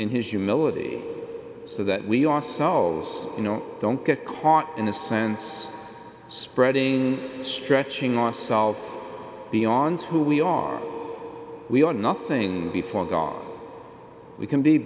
in his humility so that we ourselves you know don't get caught in a sense spreading stretching ourselves beyond who we are we are nothing before god we can be